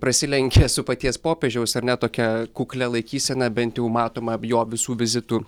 prasilenkia su paties popiežiaus ar ne tokia kuklia laikysena bent jau matoma jo visų vizitų